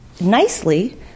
nicely